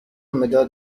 مداد